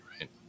right